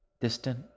distant